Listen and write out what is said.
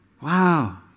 wow